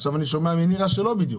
עכשיו אני שומע מנירה שלא בדיוק.